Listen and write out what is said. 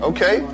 Okay